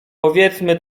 powiedzmy